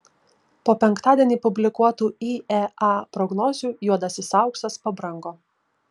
po penktadienį publikuotų iea prognozių juodasis auksas pabrango